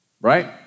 right